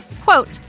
Quote